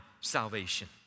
salvation